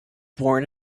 born